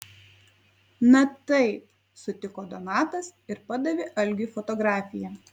na taip sutiko donatas ir padavė algiui fotografiją